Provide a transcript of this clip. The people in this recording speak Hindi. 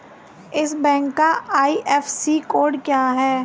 इस बैंक का आई.एफ.एस.सी कोड क्या है?